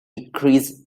decrease